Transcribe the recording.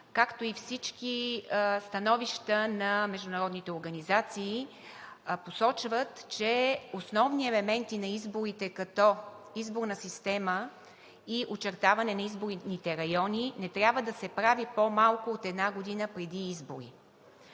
както и всички становища на международните организации посочват, че основни елементи на изборите, като изборна система и очертаване на изборните райони, не трябва да се прави по-малко от една година преди избори.